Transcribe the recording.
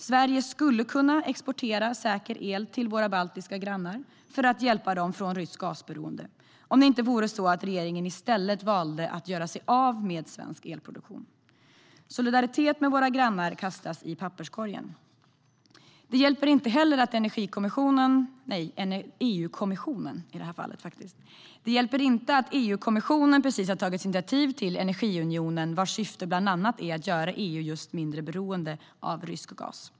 Sverige skulle kunna exportera säker el till våra baltiska grannar för att hjälpa dem från ryskt gasberoende om det inte vore så att regeringen i stället väljer att göra sig av med svensk elproduktion. Solidaritet med våra grannar kastas i papperskorgen. Det hjälper inte heller att EU-kommissionen precis har tagit initiativ till en energiunion, vars syfte bland annat är att göra EU mindre beroende av rysk gas.